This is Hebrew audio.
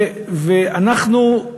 ואנחנו,